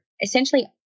essentially